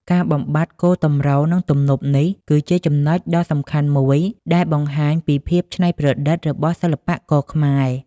ការបំបាត់គោលទម្រ និងទំនប់នេះគឺជាចំណុចដ៏សំខាន់មួយដែលបង្ហាញពី ភាពច្នៃប្រឌិត របស់សិល្បករខ្មែរ។